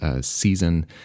season